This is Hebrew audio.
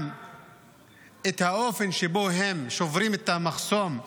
גם את האופן שבו הם שוברים את המחסום,